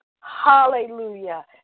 Hallelujah